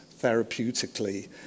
therapeutically